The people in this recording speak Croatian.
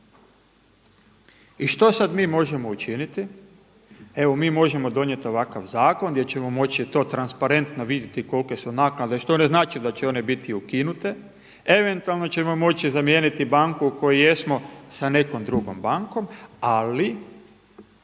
I što sada mi možemo učiniti. Evo mi možemo donijeti ovakav zakon gdje ćemo moći to transparentno vidjeti kolike su naknade, što ne znači da će one biti ukinute, eventualno ćemo moći zamijeniti banku u kojoj jesmo sa nekom drugom bankom ali